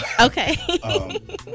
Okay